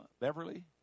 Beverly